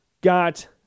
got